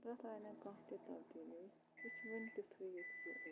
تَتھ آیہِ نہٕ کانٛہہ تہِ تبدیٖلی سُہ چھُ وٕنہِ تِتھُے یُتھ سُہ اوس